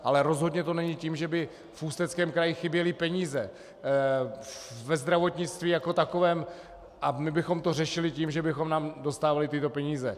Ale rozhodně to není tím, že by v Ústeckém kraji chyběly peníze ve zdravotnictví jako takovém a my bychom to řešili tím, že bychom dostávali tyto peníze.